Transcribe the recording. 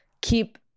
keep